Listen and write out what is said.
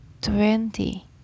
twenty